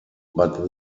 but